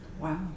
Wow